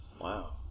wow